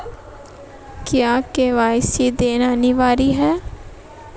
क्या के.वाई.सी देना अनिवार्य है?